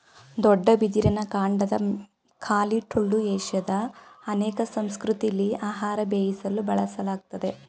ದೊಡ್ಡ ಬಿದಿರಿನ ಕಾಂಡದ ಖಾಲಿ ಟೊಳ್ಳು ಏಷ್ಯಾದ ಅನೇಕ ಸಂಸ್ಕೃತಿಲಿ ಆಹಾರ ಬೇಯಿಸಲು ಬಳಸಲಾಗ್ತದೆ